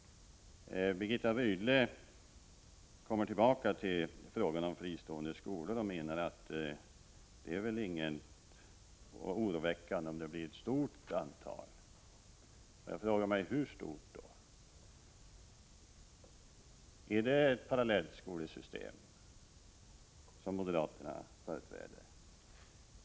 Birgitta Rydle kommer tillbaka till frågan om fristående skolor och menar att det inte är oroväckande om det blir ett stort antal. Jag frågar mig: Hur stort antal? Är det ett parallellskolsystem som moderaterna företräder?